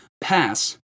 pass